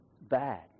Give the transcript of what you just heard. bad